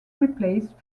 replaced